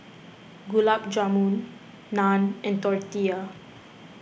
Gulab Jamun Naan and Tortillas